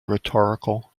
rhetorical